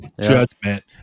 judgment